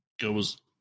goes